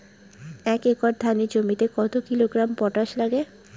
এক একর ধানের জমিতে কত কিলোগ্রাম পটাশ লাগে?